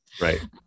Right